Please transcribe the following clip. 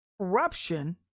corruption